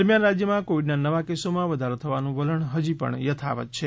દરમ્યાન રાજ્યમાં કોવિડના નવા કેસોમાં વધારો થવાનું વલણ હજી પણ યથાવત છે